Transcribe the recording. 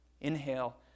inhale